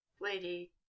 Lady